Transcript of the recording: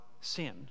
sin